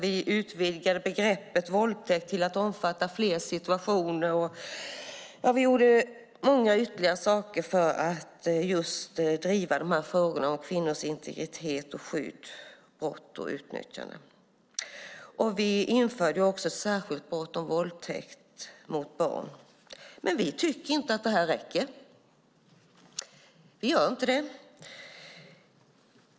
Vi utvidgade begreppet våldtäkt till att omfatta fler situationer, och vi gjorde många ytterligare saker för att driva frågorna om kvinnors integritet och skydd mot utnyttjande. Vi införde också ett särskilt brott - våldtäkt mot barn. Men vi tycker inte att det här räcker. Det gör vi inte.